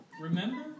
remember